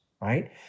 right